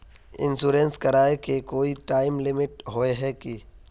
Insurance कराए के कोई टाइम लिमिट होय है की?